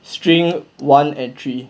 string one and three